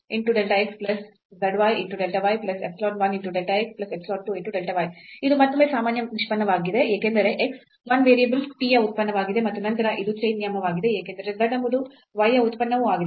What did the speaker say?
ಇದು ಮತ್ತೊಮ್ಮೆ ಸಾಮಾನ್ಯ ನಿಷ್ಪನ್ನವಾಗಿದೆ ಏಕೆಂದರೆ x 1 ವೇರಿಯೇಬಲ್ t ಯ ಉತ್ಪನ್ನವಾಗಿದೆ ಮತ್ತು ನಂತರ ಇದು ಚೈನ್ ನಿಯಮವಾಗಿದೆ ಏಕೆಂದರೆ z ಎಂಬುದು y ಯ ಉತ್ಪನ್ನವೂ ಆಗಿದೆ